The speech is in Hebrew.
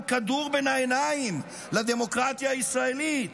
הוא כדור בין העיניים לדמוקרטיה הישראלית.